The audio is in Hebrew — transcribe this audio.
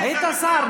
היית שר,